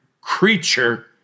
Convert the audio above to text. creature